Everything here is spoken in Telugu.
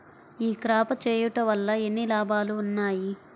ఈ క్రాప చేయుట వల్ల ఎన్ని లాభాలు ఉన్నాయి?